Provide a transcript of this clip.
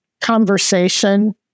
conversation